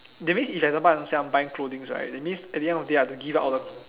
that means if example I'm say I'm buying clothing right that means at the end of the day I have to give up all the